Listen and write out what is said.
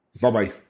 Bye-bye